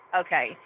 okay